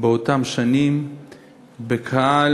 באותן שנים בקהל,